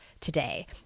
today